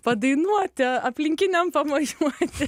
padainuoti aplinkiniam pamojuoti